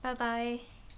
拜拜